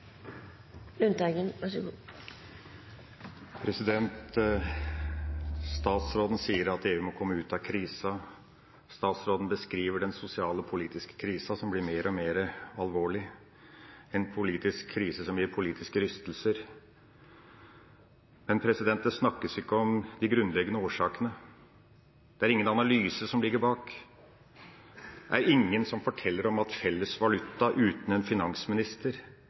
Statsråden sier at EU må komme ut av krisa. Statsråden beskriver den sosiale, politiske krisa, som blir mer og mer alvorlig – en politisk krise som gir politiske rystelser. Men det snakkes ikke om de grunnleggende årsakene. Det er ingen analyse som ligger bak. Det er ingen som forteller at felles valuta uten en finansminister